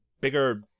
bigger